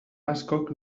askok